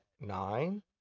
nine